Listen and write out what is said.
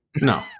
no